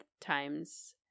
times